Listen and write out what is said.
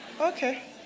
Okay